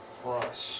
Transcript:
plus